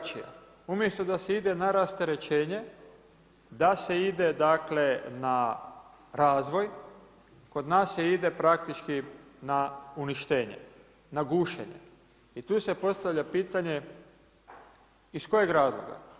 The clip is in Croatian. Umjesto da se ide na rasterećenje, da se ide dakle na razvoj kod nas se ide praktički na uništenje, na gušenje i tu se postavlja pitanje iz kojeg razloga.